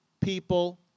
people